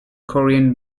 korean